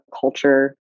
culture